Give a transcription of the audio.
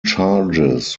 charges